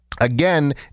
Again